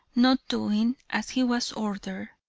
not doing as he was ordered,